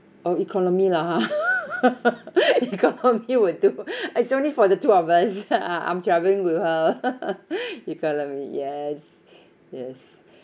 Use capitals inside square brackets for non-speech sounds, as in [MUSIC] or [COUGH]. oh economy lah ha [LAUGHS] economy will do it's only for the two of us I I'm travelling with her [LAUGHS] economy yes yes